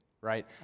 right